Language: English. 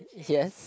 yes